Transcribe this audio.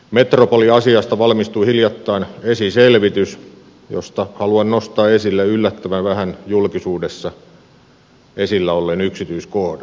metropoliasiasta valmistui hiljattain esiselvitys josta haluan nostaa esille yllättävän vähän julkisuudessa esillä olleen yksityiskohdan